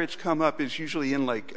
it's come up is usually unlike